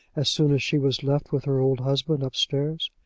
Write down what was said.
as soon as she was left with her old husband upstairs.